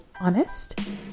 honest